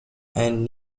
and